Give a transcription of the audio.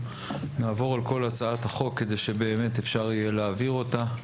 נעבור על כל הצעת החוק כדי שבאמת אפשר יהיה להעביר אותה.